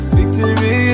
Victory